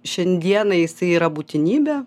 šiandieną jisai yra būtinybė